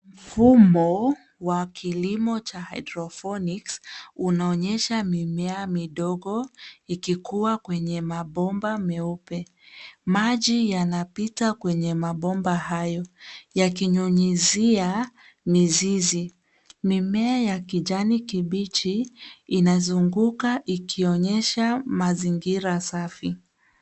Mfumo wa kilimo cha hydroponics unaonyesha mimea midogo ikikua kwenye mabomba meupe. Maji yanapita kwenye mabomba hayo yakinyunyizia mizizi. Mimea ya kijani kibichi inazunguka ikionyesha mazingira safi.